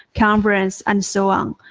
conference and so on,